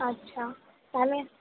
আচ্ছা তাহলে